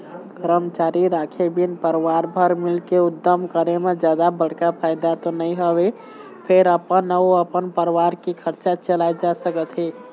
करमचारी राखे बिन परवार भर मिलके उद्यम करे म जादा बड़का फायदा तो नइ होवय फेर अपन अउ अपन परवार के खरचा चलाए जा सकत हे